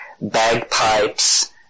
bagpipes